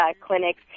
clinics